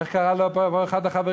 איך קרא לו פה אחד החברים?